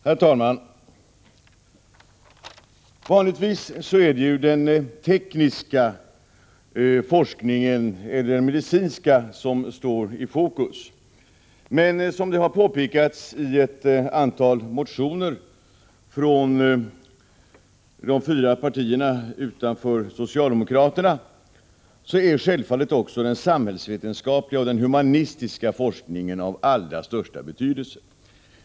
Herr talman! Vanligtvis är det ju den tekniska eller medicinska forskningen som står i fokus, men som det har påpekats i ett antal motioner från de fyra partierna utanför socialdemokraterna är också den samhällsvetenskapliga och den humanistiska forskningen av allra största betydelse.